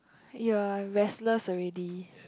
you are restless already